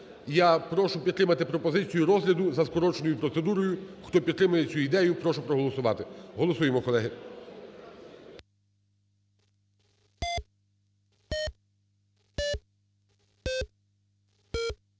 Я прошу підтримати пропозицію розгляду за скороченою процедурою. Хто підтримує цю ідею, прошу проголосувати. Голосуємо, колеги.